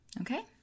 Okay